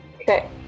Okay